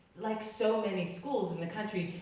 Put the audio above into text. like so many schools in the country,